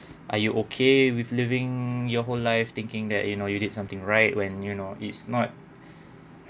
are you okay with living your whole life thinking that you know you did something right when you know it's not